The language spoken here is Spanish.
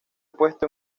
puesto